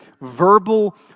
verbal